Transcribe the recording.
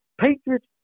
Patriots